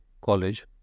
college